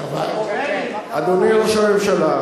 אתה מדבר על ציניות?